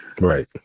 Right